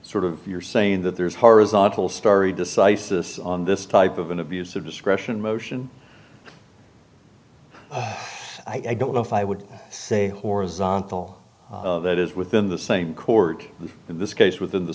sort of you're saying that there's horizontal stari decisis on this type of an abuse of discretion motion i don't know if i would say horizontal that is within the same court in this case within the